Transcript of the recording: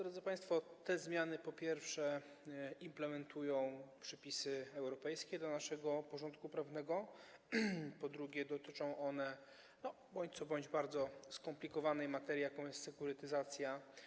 Drodzy państwo, te zmiany, po pierwsze, implementują przepisy europejskie do naszego porządku prawnego, po drugie, dotyczą one bądź co bądź bardzo skomplikowanej materii, jaką jest sekurytyzacja.